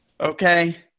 Okay